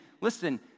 listen